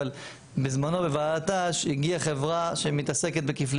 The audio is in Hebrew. אבל בזמנו בוועדת ת"ש הגיעה חברה שמתעסקת בכפלי